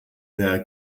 their